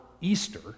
Easter